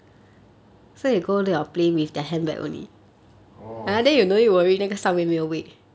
orh